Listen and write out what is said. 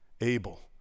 Abel